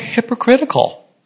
hypocritical